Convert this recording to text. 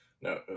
no